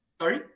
Sorry